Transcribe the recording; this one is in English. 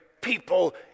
people